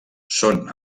són